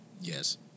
Yes